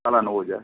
સાડા નવ હજાર